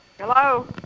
Hello